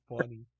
funny